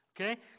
Okay